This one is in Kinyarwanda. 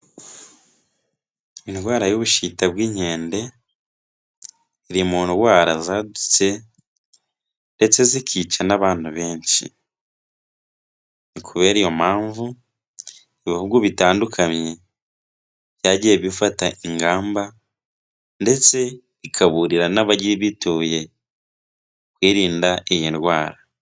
Indwara y'ubushita bw'inkende, iri mu ndwara zadutse ndetse zikica n'abantu benshi, kubera iyo mpamvu ibihugu bitandukanye, byagiye bifata ingamba ndetse ikaburira n'ababituye kwirinda iyi ndwara.